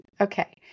Okay